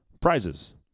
prizes